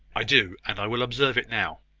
i do and i will observe it now.